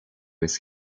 his